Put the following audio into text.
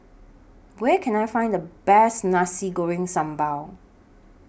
Where Can I Find The Best Nasi Goreng Sambal